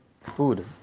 Food